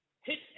hit